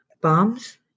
Bombs